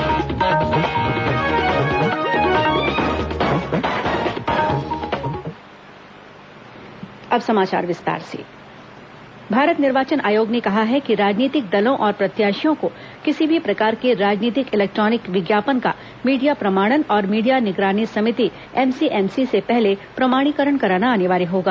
ई विज्ञापन आयोग भारत निर्वाचन आयोग ने कहा है कि राजनीतिक दलों और प्रत्याशियों को किसी भी प्रकार के राजनीतिक इलेक्ट्रानिक विज्ञापन का मीडिया प्रमाणन और मीडिया निगरानी समिति एमसीएमसी से पहले प्रमाणीकरण कराना अनिवार्य होगा